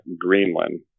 Greenland